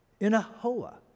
Inahoa